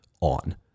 on